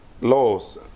laws